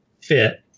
fit